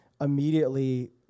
immediately